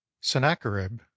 Sennacherib